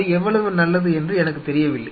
அது எவ்வளவு நல்லது என்று எனக்குத் தெரியவில்லை